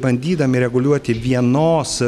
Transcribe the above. bandydami reguliuoti vienos